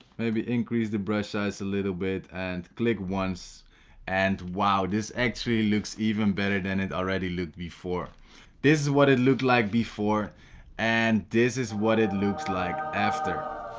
maybe increase the brush size a little bit and click once and wow this actually looks even better than it already looked before this is what it looked like before and this is what it looks like after